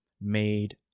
made